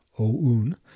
OUN